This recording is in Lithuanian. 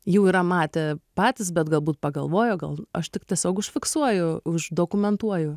jų yra matę patys bet galbūt pagalvojo gal aš tik tiesiog užfiksuoju uždokumentuoju